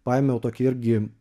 paėmiau tokį irgi